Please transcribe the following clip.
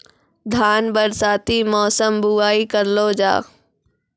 धान बरसाती मौसम बुवाई करलो जा?